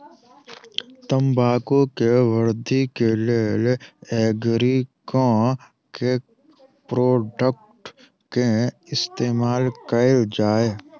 तम्बाकू केँ वृद्धि केँ लेल एग्री केँ के प्रोडक्ट केँ इस्तेमाल कैल जाय?